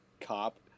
cop